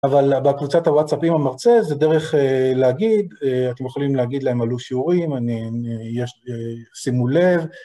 אבל בקבוצת הוואטסאפים המרצה, זה דרך להגיד, אתם יכולים להגיד להם עלו שיעורים, שימו לב.